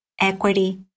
equity